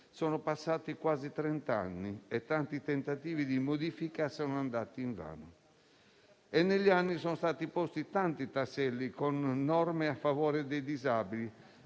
sono passati quasi trent'anni e tanti tentativi di modifica sono stati vani. Negli anni sono stati posti tanti tasselli con norme a favore dei disabili.